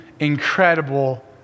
Incredible